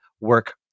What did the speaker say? work